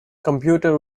computer